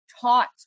taught